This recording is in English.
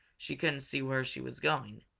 she couldn't see where she was going,